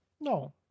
No